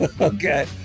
okay